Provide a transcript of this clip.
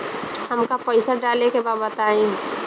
हमका पइसा डाले के बा बताई